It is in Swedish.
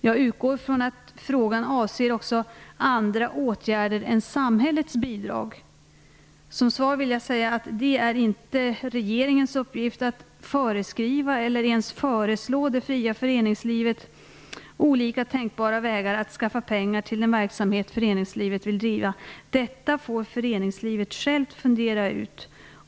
Jag utgår från att frågan avser också andra åtgärder än samhällets bidrag. Som svar vill jag säga att det inte är regeringens uppgift att föreskriva eller ens föreslå det fria föreningslivet olika tänkbara vägar att skaffa pengar till den verksamhet föreningslivet vill driva. Detta får föreningslivet självt fundera ut.